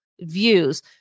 views